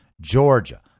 Georgia